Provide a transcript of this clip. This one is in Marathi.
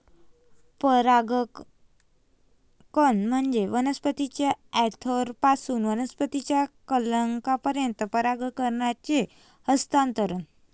परागकण म्हणजे वनस्पतीच्या अँथरपासून वनस्पतीच्या कलंकापर्यंत परागकणांचे हस्तांतरण